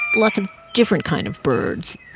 lots of different kind of birds.